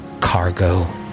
cargo